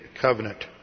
covenant